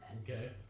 Okay